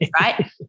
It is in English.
right